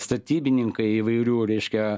statybininkai įvairių reiškia